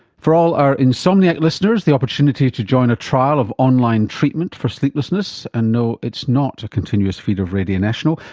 for all our insomniac listeners the opportunity to join a trial of online treatment for sleeplessness, and no it's not a continuous feed of radio national,